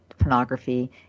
pornography